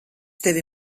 tevi